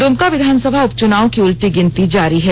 दुमका विधानसभा उप चुनाव की उलटी गिनती जारी है